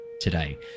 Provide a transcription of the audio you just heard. today